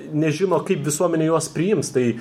nežino kaip visuomenė juos priims tai